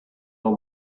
what